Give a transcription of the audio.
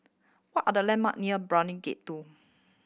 what are the landmark near Brani Gate Two